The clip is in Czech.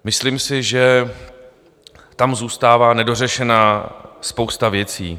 Myslím si, že tam zůstává nedořešená spousta věcí.